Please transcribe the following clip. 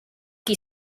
qui